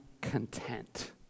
content